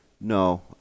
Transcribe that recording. No